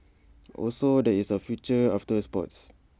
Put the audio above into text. also there is A future after sports